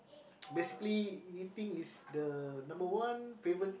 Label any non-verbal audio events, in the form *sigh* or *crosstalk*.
*noise* basically eating is the number one favourite